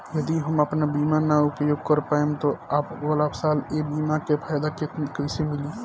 यदि हम आपन बीमा ना उपयोग कर पाएम त अगलासाल ए बीमा के फाइदा कइसे मिली?